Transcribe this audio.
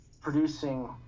producing